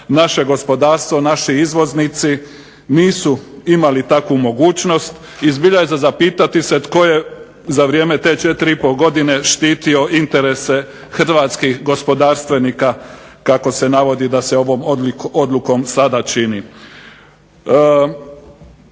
naše gospodarstvo, naši izvoznici nisu imali takvu mogućnost i zbilja je za zapitati se tko je za vrijeme te 4,5 godine štitio interese hrvatskih gospodarstvenika kako se navodi da se ovom odlukom sada čini.